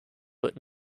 but